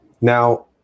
Now